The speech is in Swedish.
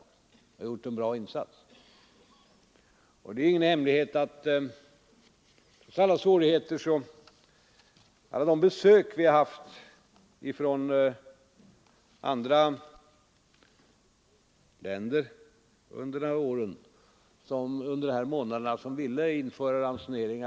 De har gjort en bra insats. Det är ingen hemlighet att vi under de här månaderna har haft besök från andra länder, som ville införa ransonering.